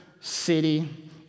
city